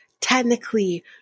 technically